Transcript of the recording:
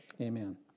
Amen